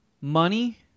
money